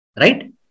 right